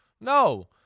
No